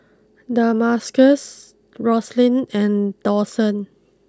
Damarcus Roslyn and Dawson